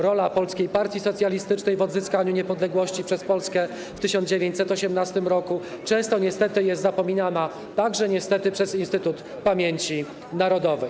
Rola Polskiej Partii Socjalistycznej w odzyskaniu niepodległości przez Polskę w 1918 r. często niestety jest zapominana, także przez Instytut Pamięci Narodowej.